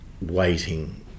waiting